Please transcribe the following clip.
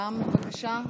בבקשה.